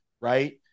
right